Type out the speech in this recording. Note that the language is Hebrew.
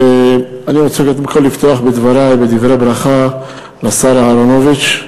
אני רוצה לפתוח את דברי בדברי ברכה לשר אהרונוביץ.